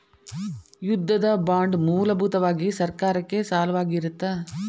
ಯುದ್ಧದ ಬಾಂಡ್ ಮೂಲಭೂತವಾಗಿ ಸರ್ಕಾರಕ್ಕೆ ಸಾಲವಾಗಿರತ್ತ